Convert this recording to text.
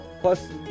Plus